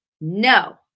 No